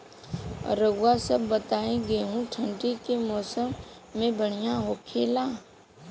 रउआ सभ बताई गेहूँ ठंडी के मौसम में बढ़ियां होखेला?